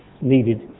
needed